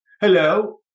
Hello